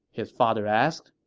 his father asked